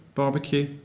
barbecue,